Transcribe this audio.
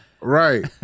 Right